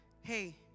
hey